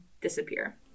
disappear